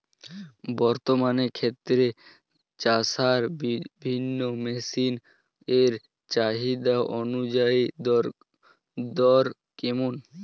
বর্তমানে ক্ষেত চষার বিভিন্ন মেশিন এর চাহিদা অনুযায়ী দর কেমন?